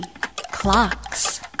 Clocks